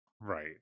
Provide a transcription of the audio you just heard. Right